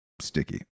sticky